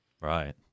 Right